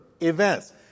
events